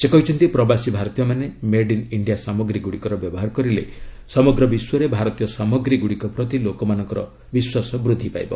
ସେ କହିଛନ୍ତି ପ୍ରବାସୀ ଭାରତୀୟମାନେ ମେଡ୍ ଇନ୍ ଇଣ୍ଡିଆ ସାମଗ୍ରୀଗୁଡ଼ିକର ବ୍ୟବହାର କରିଲେ ସମଗ୍ର ବିଶ୍ୱରେ ଭାରତୀୟ ସାମଗ୍ରୀଗୁଡ଼ିକ ପ୍ରତି ଲୋକମାନଙ୍କର ବିଶ୍ୱାସ ବୃଦ୍ଧି ପାଇବ